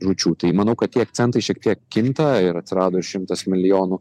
žūčių tai manau kad tie akcentai šiek tiek kinta ir atsirado ir šimtas milijonų